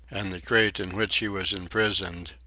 and the crate in which he was imprisoned,